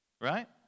Right